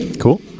Cool